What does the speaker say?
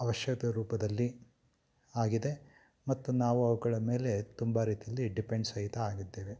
ಅವಶ್ಯದ ರೂಪದಲ್ಲಿ ಆಗಿದೆ ಮತ್ತು ನಾವು ಅವುಗಳ ಮೇಲೆ ತುಂಬ ರೀತಿಯಲ್ಲಿ ಡಿಪೆಂಡ್ಸ್ ಸಹಿತ ಆಗಿದ್ದೇವೆ